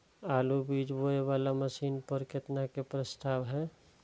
आलु बीज बोये वाला मशीन पर केतना के प्रस्ताव हय?